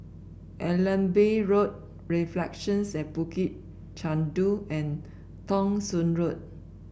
Allenby Road Reflections at Bukit Chandu and Thong Soon Road